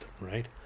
right